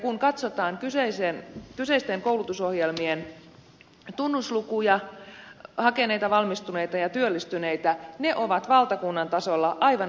kun katsotaan kyseisten koulutusohjelmien tunnuslukuja hakeneita valmistuneita ja työllistyneitä ne ovat valtakunnan tasolla aivan erinomaisia